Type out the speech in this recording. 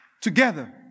together